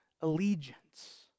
allegiance